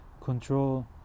control